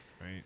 right